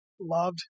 loved